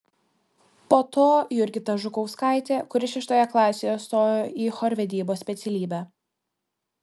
po to jurgita žukauskaitė kuri šeštoje klasėje stojo į chorvedybos specialybę